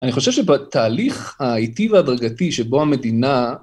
אני חושב שבתהליך האיטי והדרגתי שבו המדינה...